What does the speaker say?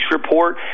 report